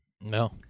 No